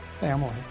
family